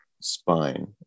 spine